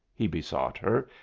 he besought her,